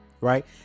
right